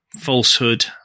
falsehood